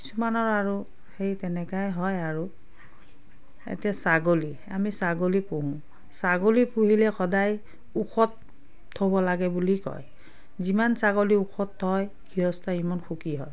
কিছুমানৰ আৰু সেই তেনেকুৱা হয় আৰু এতিয়া ছাগলী আমি ছাগলী পোহোঁ ছাগলী পুহিলে সদায় ওখত থ'ব লাগে বুলি কয় যিমান ছাগলী ওখত থয় গৃহস্থই সিমান সুখী হয়